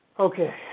Okay